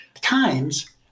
times-